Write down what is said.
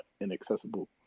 inaccessible